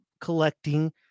collecting